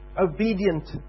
obedient